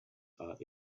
are